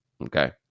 okay